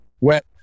Wet